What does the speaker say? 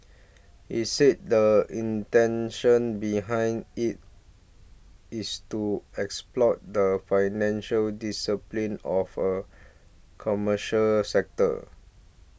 he said the intention behind it is to exploit the financial discipline of a commercial sector